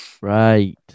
Right